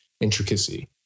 intricacy